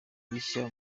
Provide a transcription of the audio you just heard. bishya